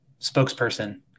spokesperson